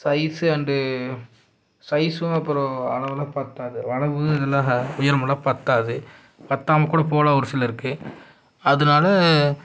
size and சைஸும் அப்புறம் அளவெல்லாம் பற்றாது அளவு இதெல்லாம் உயரமெல்லாம் பற்றாது பற்றாம கூட போகலாம் ஒரு சிலருக்கு அதனால